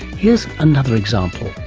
here's another example,